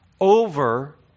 over